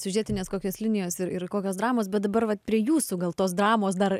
siužetinės kokios linijos ir ir kokios dramos bet dabar vat prie jūsų gal tos dramos dar